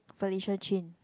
Felicia-Chin